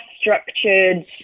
structured